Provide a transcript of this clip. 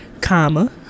comma